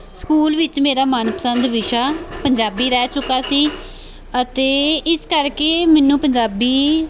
school ਵਿੱਚ ਮੇਰਾ ਮਨਪਸੰਦ ਪੰਜਾਬੀ ਰਹਿ ਚੁੱਕਾ ਸੀ ਅਤੇ ਇਸ ਕਰਕੇ ਮੈਨੂੰ ਪੰਜਾਬੀ